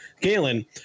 Galen